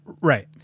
Right